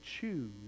choose